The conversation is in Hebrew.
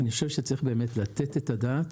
צריך לתת את הדעת